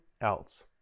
else